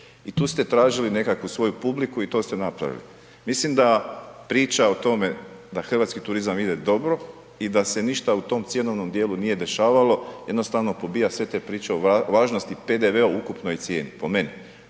I tu ste tražili nekakvu svoju publiku i to ste napravili. Mislim priča o tome da hrvatski turizam ide dobro i da se ništa u tom cjenovnom dijelu nije dešavalo, nije dešavalo, jednostavno pobija sve te priče o važnosti PDV-a u ukupnoj cijeni, po meni.